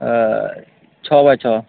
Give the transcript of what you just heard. ଛଅ ବାଏ ଛଅ